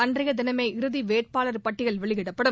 அன்றைய கினமே இறுதி வேட்பாளர் பட்டியல் வெளியிடப்படும்